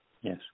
Yes